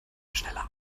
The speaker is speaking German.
schneller